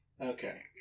Okay